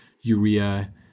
urea